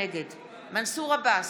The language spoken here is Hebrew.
נגד מנסור עבאס,